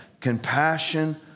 compassion